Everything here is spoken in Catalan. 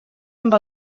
amb